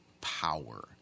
power